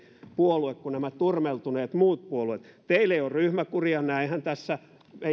puolue kuin nämä turmeltuneet muut puolueet teillä ei ole ryhmäkuria näinhän